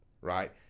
right